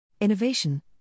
innovation